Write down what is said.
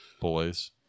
boys